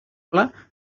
exemple